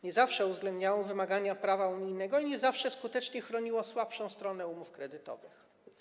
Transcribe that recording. Nie zawsze uwzględniało wymagania prawa unijnego i nie zawsze skutecznie chroniło słabszą stronę umów kredytowych.